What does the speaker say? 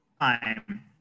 time